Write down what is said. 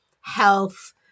health